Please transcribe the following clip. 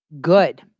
good